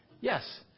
Yes